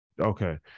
okay